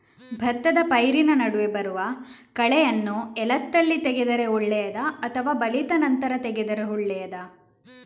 ಭತ್ತದ ಪೈರಿನ ನಡುವೆ ಬರುವ ಕಳೆಯನ್ನು ಎಳತ್ತಲ್ಲಿ ತೆಗೆದರೆ ಒಳ್ಳೆಯದಾ ಅಥವಾ ಬಲಿತ ನಂತರ ತೆಗೆದರೆ ಒಳ್ಳೆಯದಾ?